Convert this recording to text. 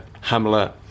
Hamlet